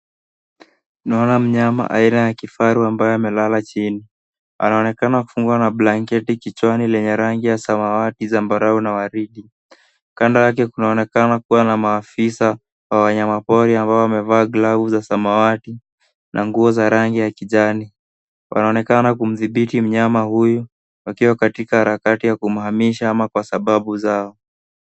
Naona mnyama aina ya kifaru ambaye amelala chini. Anaonekana kufungwa na blanketi kichwani lenye rangi ya samawati, zambarau na waridi. Kando yake kunaonekana kuwa na maafisa wa wanyama pori ambao wamevaa glovu za samawati na nguo za rangi ya kijani. Wanaonekana kumzidiki mnyama huyu wakiwa katika harakati ya kumhamisha ama kwa sababu zao.